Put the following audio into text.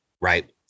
right